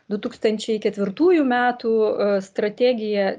du tūkstančiai ketvirtųjų metų strategija